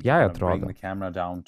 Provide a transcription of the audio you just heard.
jai atrodo